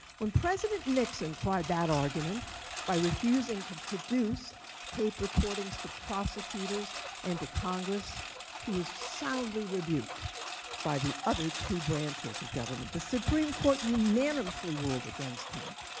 when president nixon tried that argument by refusing to produce tape recordings to prosecutors and to congress he was soundly rebuked by the other two branches of government. the supreme court unanimously ruled against him.